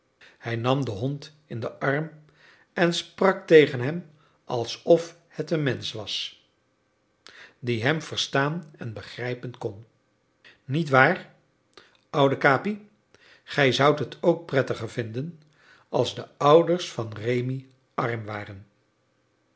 hij nam den hond in den arm en sprak tegen hem alsof het een mensch was die hem verstaan en begrijpen kon niet waar oude capi gij zoudt het ook prettiger vinden als de ouders van rémi arm waren